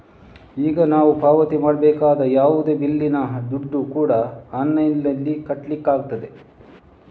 ಈಗ ನಾವು ಪಾವತಿ ಮಾಡಬೇಕಾದ ಯಾವುದೇ ಬಿಲ್ಲಿನ ದುಡ್ಡು ಕೂಡಾ ಆನ್ಲೈನಿನಲ್ಲಿ ಕಟ್ಲಿಕ್ಕಾಗ್ತದೆ